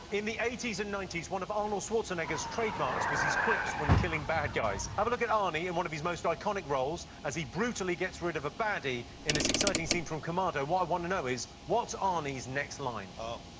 in the eighties and nineties, one of arnold schwarzenegger's trademarks was his quips when killing bad guys. have a look at arnie in and one of his most iconic roles as he brutally gets rid of a baddie in this exciting scene from commando. what i want to know is what's arnie's next line? oh!